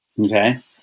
Okay